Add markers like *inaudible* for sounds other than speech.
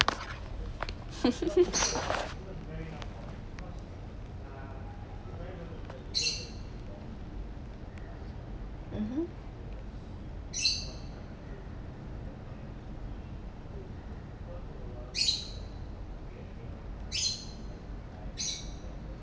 *laughs* mmhmm